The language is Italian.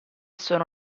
sono